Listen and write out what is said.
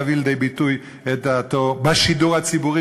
להביא לידי ביטוי את דעתו בשידור הציבורי,